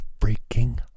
freaking